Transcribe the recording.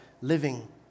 living